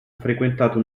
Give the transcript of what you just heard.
frequentato